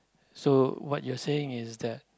so what you're saying is that